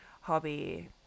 hobby –